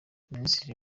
minisitiri